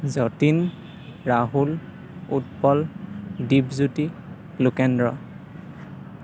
Jatin Rahul Utpal Dipjyoti Lokendra